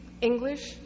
English